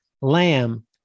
Lamb